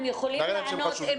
אם יכולים לענות,